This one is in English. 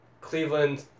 Cleveland